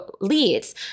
leads